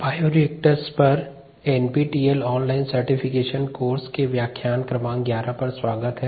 bioreactors NPTEL online certification course के व्याख्यान क्रमांक 11 पर स्वागत है